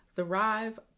Thrive